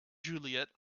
juliet